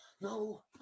no